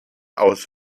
aus